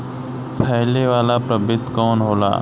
फैले वाला प्रभेद कौन होला?